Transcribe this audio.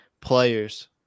players